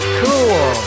cool